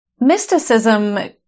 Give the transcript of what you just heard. Mysticism